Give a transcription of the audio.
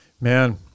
Man